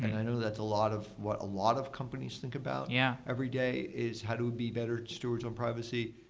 i know that's a lot of what a lot of companies think about yeah every day is how to be better stewards of and privacy.